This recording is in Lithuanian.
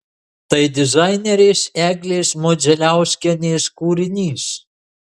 tai dizainerės eglės modzeliauskienės kūrinys